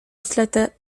atletę